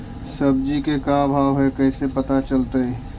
सब्जी के का भाव है कैसे पता चलतै?